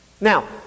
Now